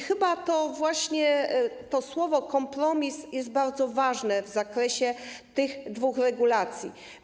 Chyba właśnie słowo ˝kompromis˝ jest bardzo ważne w zakresie dwóch regulacji.